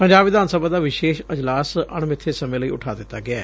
ਪੰਜਾਬ ਵਿਧਾਨ ਸਭਾ ਦਾ ਵਿਸ਼ੇਸ਼ ਅਜਲਾਸ ਅਣਮਿੱਬੇ ਸਮੇਂ ਲਈ ਉਠਾਅ ਦਿੱਤਾ ਗਿਐ